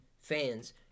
fans